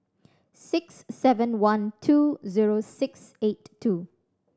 six seven one two zero six eight two